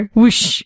whoosh